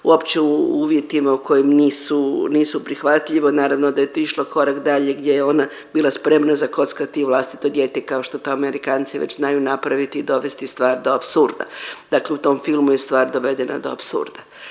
uopće u uvjetima u kojom nisu prihvatljivo. Naravno da je otišla korak dalje gdje je ona bila spremno zakockati i vlastito dijete kao što to Amerikanci već znaju napraviti i dovesti stvar do apsurda. Dakle, u tom filmu je stvar dovedena do apsurda.